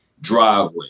driveway